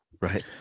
Right